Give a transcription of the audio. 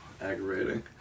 aggravating